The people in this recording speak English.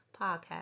podcast